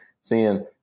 seeing